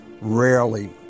rarely